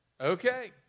Okay